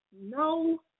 No